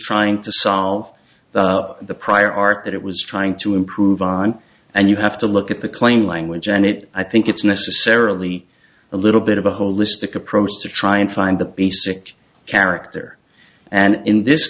trying to solve the prior art that it was trying to improve on and you have to look at the claim language and it i think it's necessarily a little bit of a holistic approach to try and find the basic character and in this